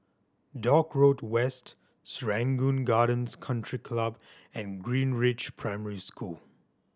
Dock Road West Serangoon Gardens Country Club and Greenridge Primary School